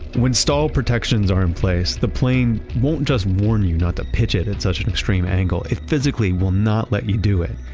when stall protections are in place, the plane won't just warn you not to pitch it at such extreme angle, it physically will not let you do it.